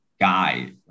guy